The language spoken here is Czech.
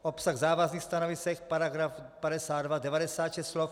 Obsah závazných stanovisek: paragraf 52, 96 slov.